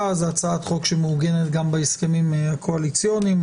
והיא מעוגנת גם בהסכמים הקואליציוניים,